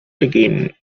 again